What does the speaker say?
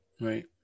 Right